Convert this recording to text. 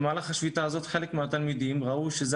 במהלך השביתה הזאת חלק מן התלמידים שראו שזו